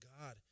God